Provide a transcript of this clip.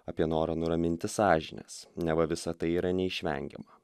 apie norą nuraminti sąžines neva visa tai yra neišvengiama